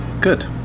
good